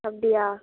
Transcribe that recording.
அப்படியா